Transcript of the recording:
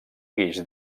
guix